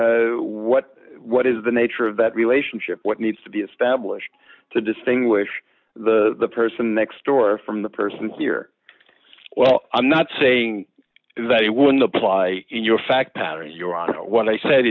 or what what is the nature of that relationship what needs to be established to distinguish the person next door from the person here well i'm not saying that it wouldn't apply in your fact patterns your on what i said